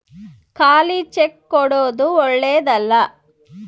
ಖಾಲಿ ಚೆಕ್ ಕೊಡೊದು ಓಳ್ಳೆದಲ್ಲ